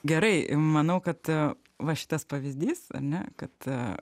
gerai manau kad va šitas pavyzdys ane kad